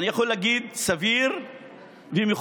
אני יכול להגיד, סביר ומכובד.